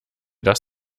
das